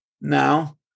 now